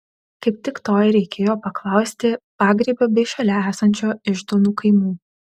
kaip tik to ir reikėjo paklausti pagrybio bei šalia esančio iždonų kaimų